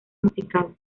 musical